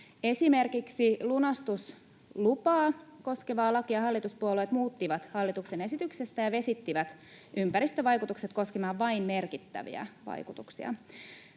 Esimerkiksi lunastuslupaa koskevaa lakia hallituspuolueet muuttivat hallituksen esityksestä ja vesittivät ympäristövaikutukset koskemaan vain merkittäviä vaikutuksia.